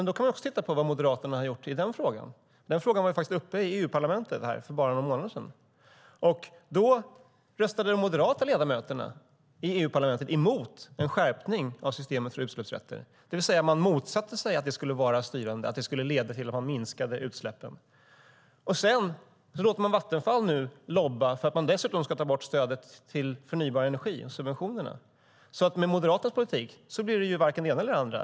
Då kan man titta på vad Moderaterna har gjort i denna fråga. Den var uppe i EU-parlamentet för bara några månader sedan. Då röstade de moderata ledamöterna i EU-parlamentet emot en skärpning av systemet för utsläppsrätter. De motsatte sig alltså att det skulle vara styrande och att det skulle leda till minskade utsläpp. Nu låter man dessutom Vattenfall lobba för att stödet och subventionerna till förnybar energi ska tas bort. Med Moderaternas politik blir det varken det ena eller det andra.